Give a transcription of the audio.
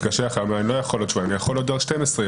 הוא מתקשר לחייב ואומר שהוא לא יכול עוד שבועיים אלא עוד 12 ימים.